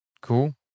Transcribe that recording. cool